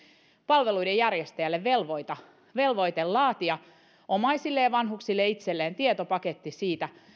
palveluiden järjestäjälle velvoite velvoite laatia omaisille ja vanhuksille itselleen tietopaketti siitä